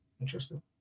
Interesting